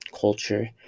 culture